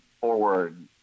forward